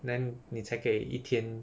then 你才可以一天